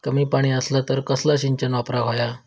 कमी पाणी असला तर कसला सिंचन वापराक होया?